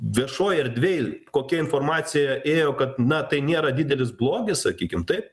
viešoj erdvėj kokia informacija ėjo kad na tai nėra didelis blogis sakykim taip